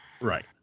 Right